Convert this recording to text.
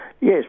Yes